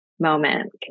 Moment